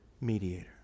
mediator